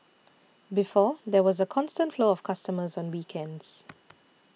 before there was a constant flow of customers on weekends